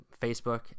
facebook